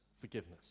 forgiveness